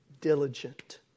Diligent